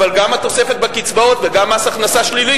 אבל גם התוספת בקצבאות וגם מס הכנסה שלילי,